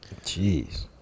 Jeez